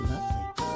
Lovely